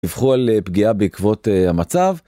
דיווחו על פגיעה בעקבות המצב.